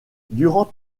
durant